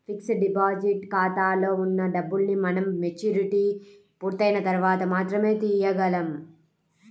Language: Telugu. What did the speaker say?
ఫిక్స్డ్ డిపాజిట్ ఖాతాలో ఉన్న డబ్బుల్ని మనం మెచ్యూరిటీ పూర్తయిన తర్వాత మాత్రమే తీయగలం